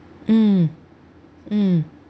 mm mm